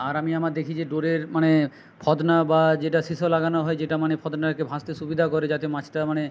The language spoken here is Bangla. আর আমি আমার দেখি যে ডোরের মানে ফতনা বা যেটা সিসা লাগানো হয় যেটা মানে ফতনাকে ভাসতে সুবিধা করে যাতে মাছটা মানে